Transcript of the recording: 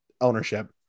ownership